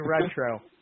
Retro